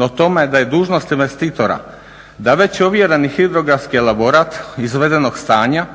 o tome da je dužnost investitora da već ovjereni hidrografski elaborat izvedenog stanja